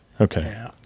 Okay